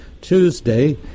Tuesday